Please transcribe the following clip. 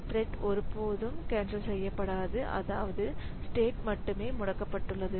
thread ஒருபோதும் cancel செய்யப்படாது அதாவது ஸ்டேட் மட்டுமே முடக்கப்பட்டுள்ளது